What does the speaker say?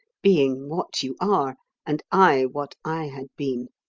being what you are and i what i had been?